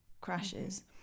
crashes